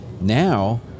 Now